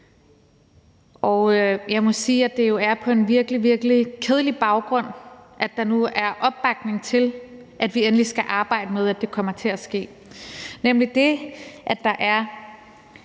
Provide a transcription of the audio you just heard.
Jeg må sige, at det jo er på en virkelig, virkelig kedelig baggrund, at der nu er opbakning til, at vi endelig skal arbejde med, at det kommer til at ske, nemlig det, at der er